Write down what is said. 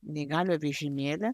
neįgaliojo vežimėlį